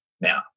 now